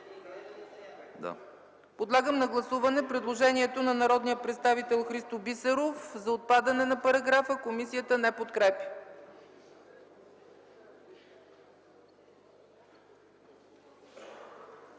Подлагам на гласуване предложението на народния представител Христо Бисеров за отпадане на параграфа, което комисията не подкрепя.